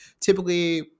Typically